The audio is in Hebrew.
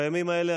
בימים האלה,